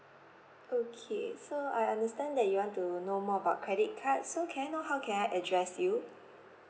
okay so I understand that you want to know more about credit card so can I know how can I address you